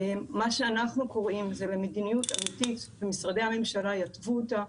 מה שאנחנו קוראים הוא למדיניות אמיתית שמשרדי הממשלה יתוו אותה,